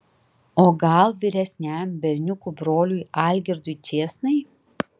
o gal vyresniajam berniukų broliui algirdui čėsnai